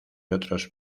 otros